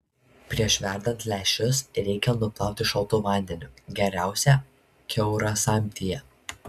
prieš verdant lęšius reikia nuplauti šaltu vandeniu geriausia kiaurasamtyje